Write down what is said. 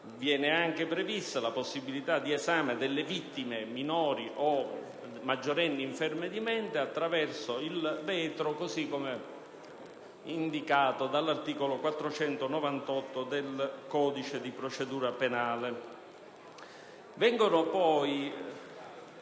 Viene prevista poi la possibilità di esame delle vittime minori o maggiorenni inferme di mente attraverso il vetro, così come indicato dall'articolo 498 del codice di procedura penale.